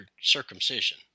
circumcision